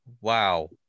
Wow